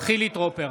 חילי טרופר,